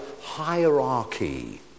hierarchy